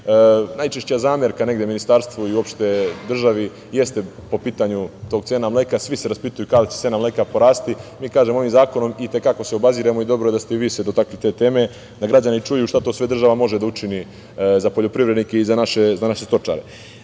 najčešća zamerka negde ministarstvu i uopšte državi jeste po pitanju te cene mleka. Svi se raspituju kada će cena mleka da poraste. Mi kažemo da se ovim zakonom i te kako obaziremo i dobro je da ste se i vi dotakli te teme da građani čuju šta to sve država može da učini za poljoprivrednike i za naše stočare. Tako